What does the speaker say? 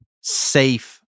safe